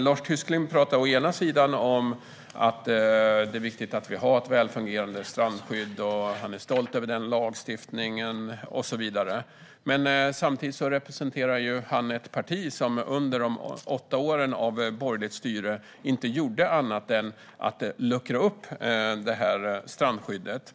Lars Tysklind talar om att det är viktigt att vi har ett väl fungerande strandskydd och att han är stolt över lagstiftningen och så vidare, men samtidigt representerar han ett parti som under de åtta åren med borgerligt styre inte gjorde annat än att luckra upp strandskyddet.